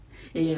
and you like